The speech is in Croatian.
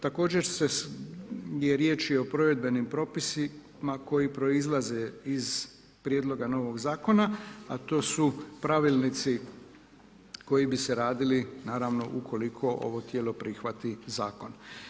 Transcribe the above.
Također riječ je o provedbenim propisima koji proizlaze iz prijedloga novog zakona, a to su pravilnici koji bi se radili, naravno, ukoliko ovo tijelo prihvati zakon.